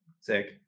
sick